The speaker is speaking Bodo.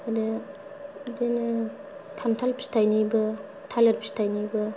आरो बिदिनो खान्थाल फिथाइनिबो थालिर फिथाइनिबो